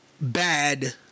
Bad